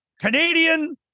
Canadian